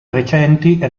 recenti